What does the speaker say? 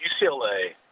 UCLA